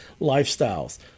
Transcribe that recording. lifestyles